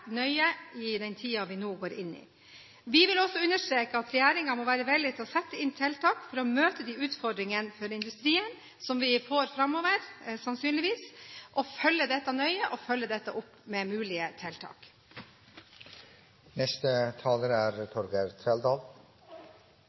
nøye i den tiden vi nå går inn i. Vi vil også understreke at regjeringen må være villig til å sette inn tiltak for å møte de utfordringene for industrien som vi sannsynligvis får framover, følge dette nøye og følge opp med mulige tiltak. Først til landbruksministeren: Takk for tilbudet. Det er